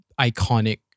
Iconic